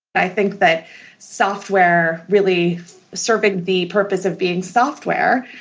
i think that software really serving the purpose of being software,